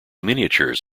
miniatures